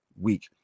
week